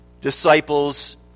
disciples